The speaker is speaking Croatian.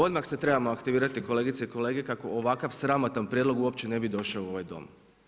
Odmah se trebamo aktivirati kolegice i kolege, kako ovakav sramotan prijedlog uopće ne bi došao u ovaj Dom.